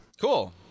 Cool